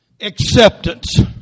Acceptance